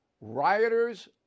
rioters